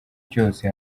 cyose